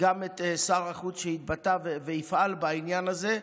גם את שר החוץ שהתבטא ושיפעל בעניין הזה.